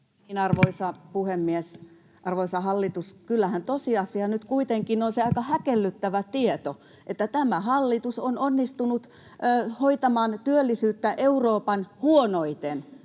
Arvoisa puhemies! Arvoisa hallitus! Kyllähän tosiasia nyt kuitenkin on se aika häkellyttävä tieto, että tämä hallitus on onnistunut hoitamaan työllisyyttä Euroopan huonoiten,